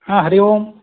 हा हरि ओं